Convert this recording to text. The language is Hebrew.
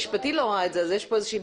המשפטי לא ראה את זה אז יש פה בעיה.